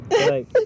like-